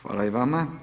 Hvala i vama.